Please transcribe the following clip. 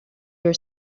your